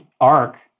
arc